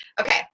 Okay